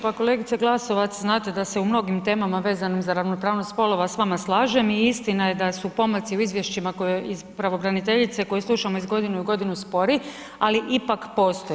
Pa kolegice Glasovac, znate da se u mnogim temama vezanim za ravnopravnost spolova s vama slažem i istina je da su pomaci u izvješćima pravobraniteljice koje slušamo iz godine u godinu, spori, ali ipak postoje.